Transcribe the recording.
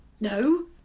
No